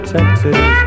Texas